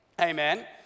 Amen